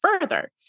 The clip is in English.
further